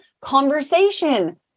conversation